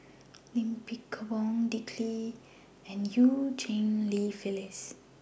Low Kim Pong Dick Lee and EU Cheng Li Phyllis